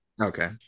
Okay